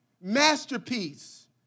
masterpiece